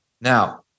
Now